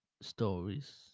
stories